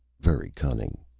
very cunning.